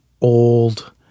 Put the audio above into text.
old